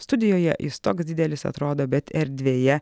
studijoje jis toks didelis atrodo bet erdvėje